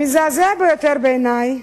המזעזע ביותר בעיני,